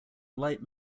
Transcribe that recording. light